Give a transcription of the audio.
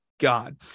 God